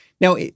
now